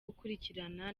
gukurikirana